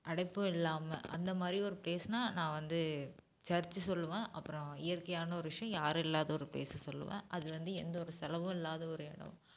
அடைப்பும் இல்லாமல் அந்த மாதிரி ஒரு ப்ளேஸ்னா நான் வந்து சர்ச்சு சொல்லுவேன் அப்புறம் இயற்கையான ஒரு விஷயம் யாரும் இல்லாத ஒரு ப்ளேஸை சொல்லுவேன் அது வந்து எந்த ஒரு செலவும் இல்லாத ஒரு இடோம்